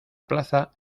plaza